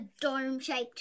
dome-shaped